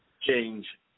change